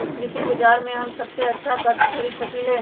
कृषि बाजर में हम सबसे अच्छा कथि खरीद सकींले?